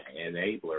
enabler